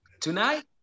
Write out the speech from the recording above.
Tonight